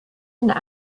and